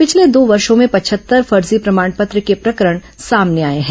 पिछले दो वर्षो में पचहत्तर फर्जी प्रमाण पत्र के प्रकरण सामने आए हैं